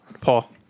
Paul